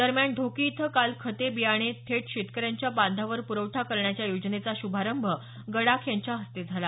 दरम्यान ढोकी इथं काल खते बियाणे थेट शेतकऱ्यांच्या बांधावर प्रवठा करण्याच्या योजनेचा श्रभारभ गडाख यांच्या हस्ते झाला